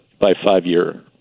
by-five-year